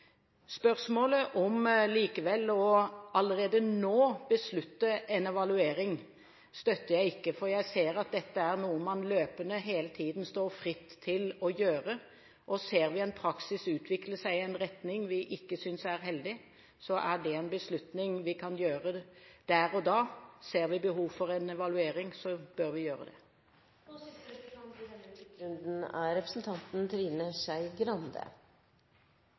Spørsmålet om likevel allerede nå å beslutte en evaluering støtter jeg ikke, for jeg ser at dette er noe man løpende hele tiden står fritt til å gjøre. Ser vi en praksis utvikle seg i en retning vi ikke synes er heldig, er det en beslutning vi kan gjøre der og da. Ser vi behov for en evaluering, bør vi gjøre det. Jeg tror statsråden er enig med meg i at dette er